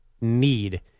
need